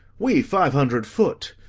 we five hundred foot!